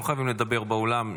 לא חייבים לדבר באולם,